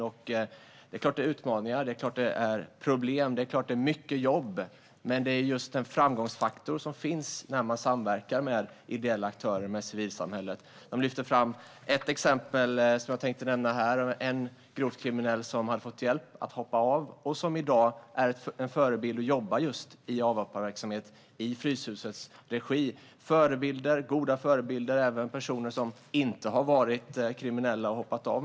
Det är klart att det är utmaningar, problem och mycket jobb. Men det är en framgångsfaktor som finns när man samverkar med ideella aktörer och civilsamhället. De lyfte fram ett exempel som jag tänkte nämna här. Det var en grovt kriminell som hade fått hjälp att hoppa av och som i dag är en förebild och jobbar just i avhopparverksamhet i Fryshusets regi. Goda förebilder är även personer som inte har varit kriminella och hoppat av.